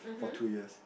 for two years